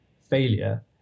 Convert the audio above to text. failure